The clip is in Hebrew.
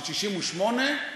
של 1968,